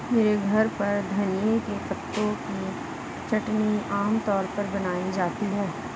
मेरे घर पर धनिए के पत्तों की चटनी आम तौर पर बनाई जाती है